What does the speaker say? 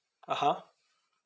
(uh huh)